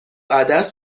عدس